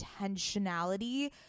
intentionality